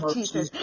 Jesus